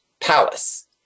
palace